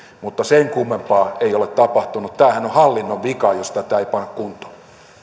mutta sen kummempaa ei ole tapahtunut tämähän on hallinnon vika jos tätä ei panna kuntoon